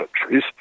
countries